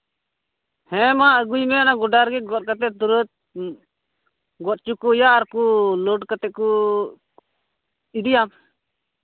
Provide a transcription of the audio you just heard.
ᱦᱮᱸ ᱢᱟ ᱟᱹᱜᱩᱭ ᱢᱮ ᱚᱱᱟ ᱜᱚᱰᱟ ᱨᱮᱜᱮ ᱜᱚᱫ ᱠᱟᱛᱮᱫ ᱜᱚᱫ ᱦᱚᱪᱚ ᱠᱚ ᱦᱩᱭᱩᱜᱼᱟ ᱟᱨ ᱠᱚ ᱜᱚᱫ ᱠᱟᱛᱮᱫ ᱠᱚ ᱤᱫᱤᱭᱟ